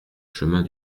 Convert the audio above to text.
chemin